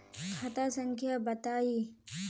खाता संख्या बताई?